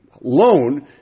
loan